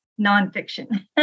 nonfiction